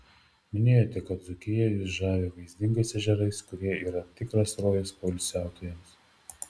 minėjote kad dzūkija jus žavi vaizdingais ežerais kurie yra tikras rojus poilsiautojams